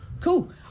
Cool